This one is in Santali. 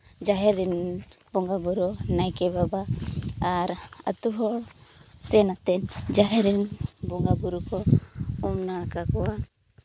ᱡᱟᱦᱮᱨ ᱨᱮᱱ ᱵᱚᱸᱜᱟᱼᱵᱩᱨᱩ ᱱᱟᱭᱠᱮ ᱵᱟᱵᱟ ᱟᱨ ᱟᱹᱛᱩ ᱦᱚᱲ ᱥᱮ ᱱᱟᱛᱮ ᱡᱟᱦᱮᱨ ᱨᱮᱱ ᱵᱚᱸᱟᱼᱵᱩᱨᱩ ᱠᱚ ᱩᱢ ᱱᱟᱲᱠᱟ ᱠᱚᱣᱟ